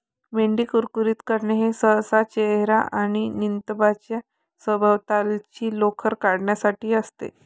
मेंढी कुरकुरीत करणे हे सहसा चेहरा आणि नितंबांच्या सभोवतालची लोकर काढण्यासाठी असते